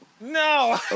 No